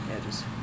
edges